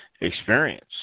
experience